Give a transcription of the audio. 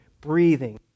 breathing